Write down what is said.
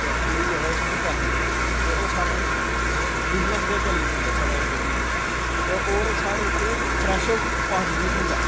ते ओह्दी जगह् ओह् सानूं पैहे दिंदे न ते ओह् सानूं बिजनस गै चली पौंदा साढ़ा इक टाइप दा ते और साढ़े इत्थै फ्रैश पानी बी थ्होंदा